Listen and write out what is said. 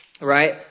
right